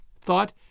thought